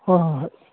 ꯍꯣꯏ ꯍꯣꯏ ꯍꯣꯏ